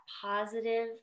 positive